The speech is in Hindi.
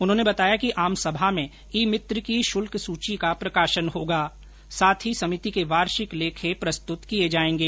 उन्होंने बताया कि आमसभा में ई मित्र की शुल्क सूची का प्रकाशन होगा साथ ही समिति के वार्षिक लेखे प्रस्तुत किए जाएंगे